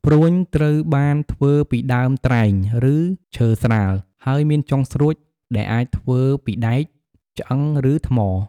ព្រួញ ត្រូវបានធ្វើពីដើមត្រែង ឬឈើស្រាល ហើយមានចុងស្រួចដែលអាចធ្វើពីដែក ឆ្អឹង ឬថ្ម។